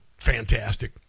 Fantastic